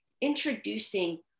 introducing